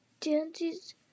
dances